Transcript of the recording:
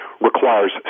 requires